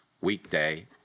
weekday